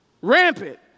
rampant